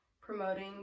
promoting